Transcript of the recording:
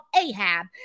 Ahab